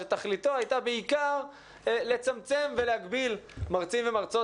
שתכליתו הייתה בעיקר לצמצם ולהגביל מרצים ומרצות